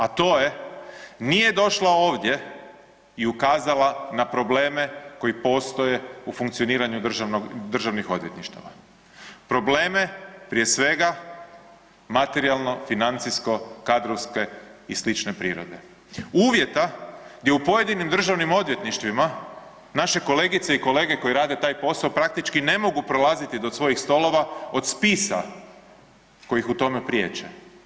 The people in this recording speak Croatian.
A to je nije došla ovdje i ukazala na probleme koji postoje u funkcioniranju državnih odvjetništava, probleme prije svega materijalno-financijsko, kadrovske i slične prirode, uvjeta gdje u pojedinim državnim odvjetništvima naše kolegice i kolege koje rade taj posao praktički ne mogu prolaziti do svojih stolova od spisa koji ih u tome priječe.